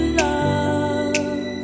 love